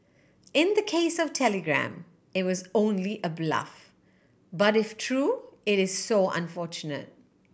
in the case of Telegram it was only a bluff but if true it is so unfortunate